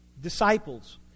disciples